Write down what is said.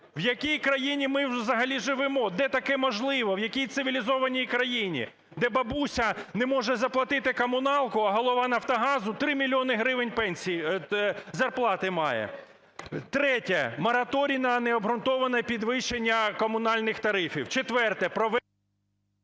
В якій країні ми взагалі живемо, де таке можливо, в якій цивілізованій країні? Де бабуся не може заплатити комуналку, а голова "Нафтогазу" 3 мільйони гривень пенсій… зарплати має. Третє. Мораторій на необґрунтоване підвищення комунальних тарифів. Четверте… Веде